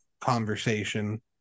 conversation